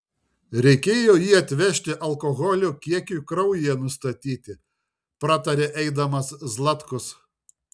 reikėjo jį atvežti alkoholio kiekiui kraujyje nustatyti pratarė eidamas zlatkus